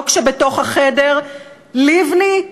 לא כשבתוך החדר לבני,